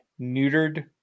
neutered